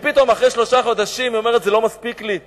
ופתאום אחרי שלושה חודשים היא אומרת: זה לא מספיק לי,